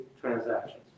transactions